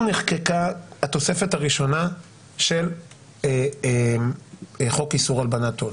נחקקה התוספת הראשונה של חוק איסור הלבנת הון,